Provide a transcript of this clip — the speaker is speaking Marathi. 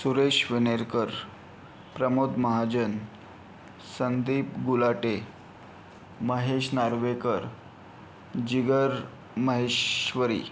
सुरेश वनेरकर प्रमोद महाजन संदीप गुलाटे महेश नार्वेकर जिगर महेश्वरी